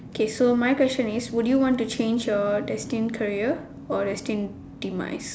K so my question is would you want to change your destined career or destined demise